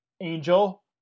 Angel